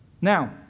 Now